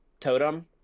totem